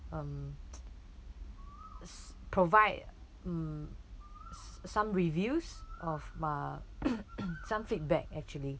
um s~ provide mm s~ some reviews of a some feedback actually